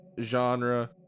genre